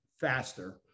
faster